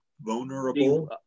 vulnerable